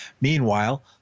Meanwhile